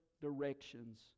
directions